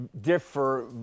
differ